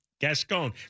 Gascon